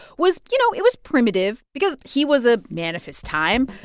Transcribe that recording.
was you know, it was primitive because he was a man of his time.